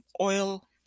oil